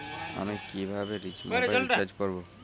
আমি কিভাবে mobile recharge করব?